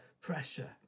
pressure